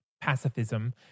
pacifism